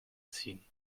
ziehen